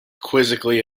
quizzically